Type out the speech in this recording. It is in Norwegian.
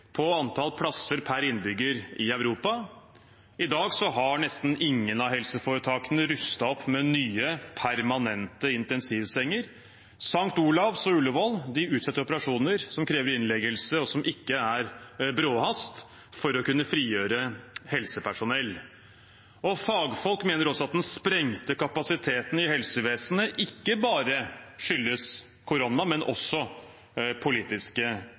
på antall plasser per innbygger i Europa. I dag har nesten ingen av helseforetakene rustet opp med nye permanente intensivsenger. St. Olavs og Ullevål utsetter operasjoner som krever innleggelse, og som ikke har bråhast, for å kunne frigjøre helsepersonell. Fagfolk mener også at den sprengte kapasiteten i helsevesenet ikke bare skyldes korona, men også politiske